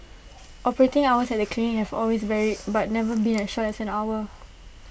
operating hours at the clinics have always varied but never been as short as an hour